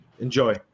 enjoy